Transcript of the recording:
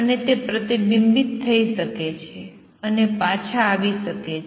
અને તે પ્રતિબિંબિત થઈ શકે છે અને પાછા આવી શકે છે